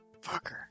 fucker